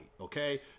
okay